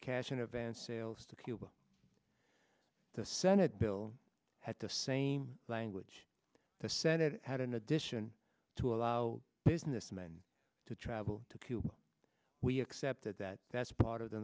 cash in advance sales to cuba the senate bill had the same language the senate had in addition to allow businessmen to travel to cuba we accept that that that's part of the